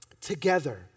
together